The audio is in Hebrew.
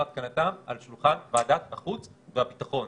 התקנתם על שולחן ועדת החוץ והביטחון,